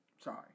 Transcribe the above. Sorry